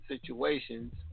situations